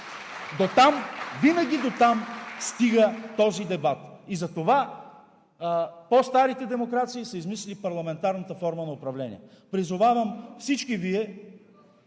винаги дотам стига този дебат и затова по-старите демокрации са измислили парламентарната форма на управление. Призовавам всички Вие,